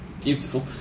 beautiful